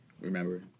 Remember